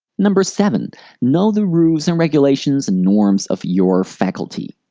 number seven know the rules and regulations and norms of your faculty.